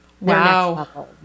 Wow